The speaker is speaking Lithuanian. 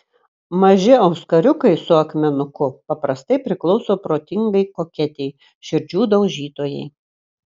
maži auskariukai su akmenuku paprastai priklauso protingai koketei širdžių daužytojai